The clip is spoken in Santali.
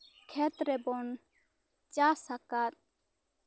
ᱠᱷᱮᱛ ᱨᱮᱵᱚᱱ ᱪᱟᱥ ᱟᱠᱟᱫ